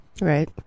Right